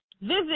Visit